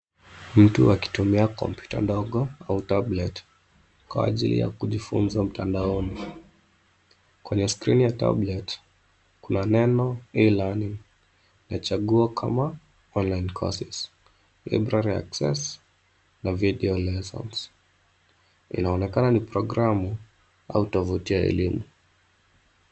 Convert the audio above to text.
Mtu akitumia kompyuta ndogo au tablet kwa ajili ya kujifunza mtandaoni. Kwenye skrini ya tablet kuna neno e-learning na chaguo kama online course library access na video lessons . Inaonekana ni programu au tovuti ya elimu.